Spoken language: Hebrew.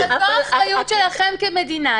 אפרופו האחריות שלכם כמדינה,